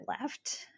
left